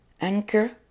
Anchor